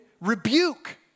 rebuke